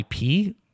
IP